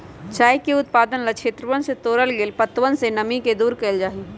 चाय के उत्पादन ला क्षेत्रवन से तोड़ल गैल पत्तवन से नमी के दूर कइल जाहई